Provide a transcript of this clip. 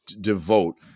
devote